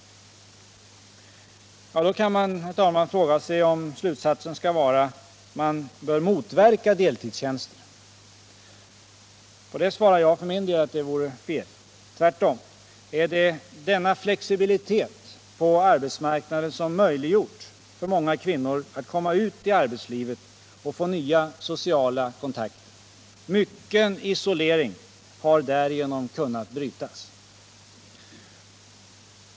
Då kan man, herr talman, fråga sig om slutsatsen skall vara att man bör motverka deltidstjänster. På det svarar jag för min del att det vore fel. Tvärtom är det denna flexibilitet på arbetsmarknaden som möjliggjort för många kvinnor att komma ut i arbetslivet och få nya sociala kontakter. Mycken isolering har därigenom kunnat brytas.